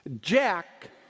Jack